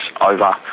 over